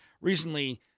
recently